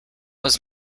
was